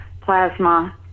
plasma